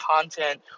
content